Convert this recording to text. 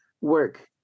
work